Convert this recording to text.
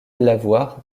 l’avoir